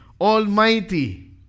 Almighty